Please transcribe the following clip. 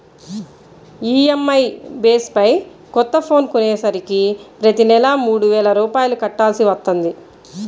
EMI base పై కొత్త phone కొనేసరికి ప్రతి నెలా మూడు వేల రూపాయలు కట్టాల్సి వత్తంది